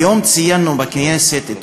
היום ציינו בכנסת את